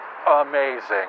Amazing